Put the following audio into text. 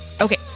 Okay